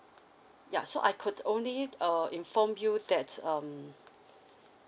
ya so I could only uh inform you that um